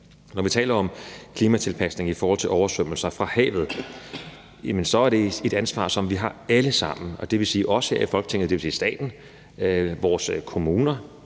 Når vi taler om klimatilpasninger i forhold til oversvømmelser fra havet, er det et ansvar, som vi har alle sammen, og det vil sige os her i Folketinget, staten og vores kommuner,